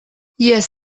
jes